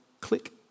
click